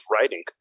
writing